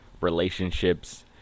relationships